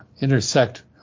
intersect